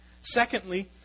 Secondly